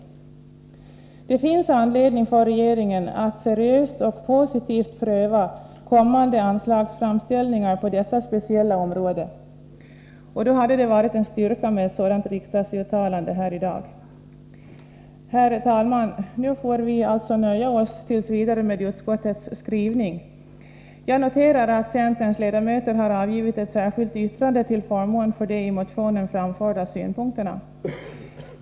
Det finns anledning för regeringen att seriöst och positivt pröva kommande anslagsframställningar på detta speciella område, och då hade det varit en styrka med ett sådant riksdagsuttalande. Herr talman! Nu får vi alltså nöja oss t. v. med utskottets skrivning. Jag noterar att centerns ledamöter har avgivit ett särskilt yttrande till förmån för de i motionen framförda synpunkterna.